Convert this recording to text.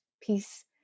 peace